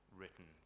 written